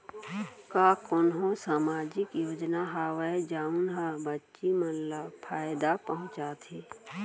का कोनहो सामाजिक योजना हावय जऊन हा बच्ची मन ला फायेदा पहुचाथे?